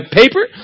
paper